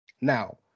Now